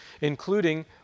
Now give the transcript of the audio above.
including